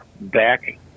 back